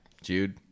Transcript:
Jude